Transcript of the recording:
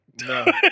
No